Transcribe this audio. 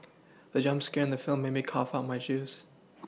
the jump scare in the film made me cough out my juice